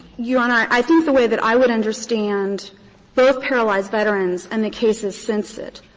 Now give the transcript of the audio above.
your honor, i think the way that i would understand both paralyzed veterans and the cases since it,